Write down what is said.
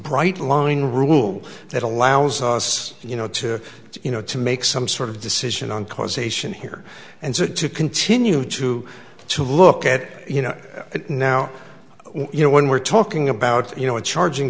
bright line rule that allows us you know to you know to make some sort of decision on causation here and so to continue to to look at you know now you know when we're talking about you know and charging